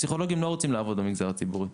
הפסיכולוגים לא רוצים לעבוד במגזר הציבורי.